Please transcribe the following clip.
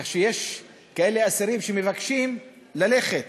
כך שיש אסירים שמבקשים ללכת